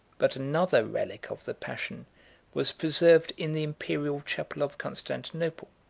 but another relic of the passion was preserved in the imperial chapel of constantinople